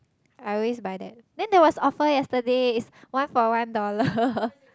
I always buy that then there was offer yesterday it's one for one dollar